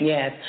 Yes